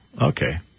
Okay